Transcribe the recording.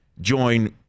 join